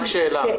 רק שאלה.